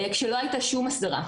כשלא הייתה שום הסדרה,